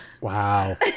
Wow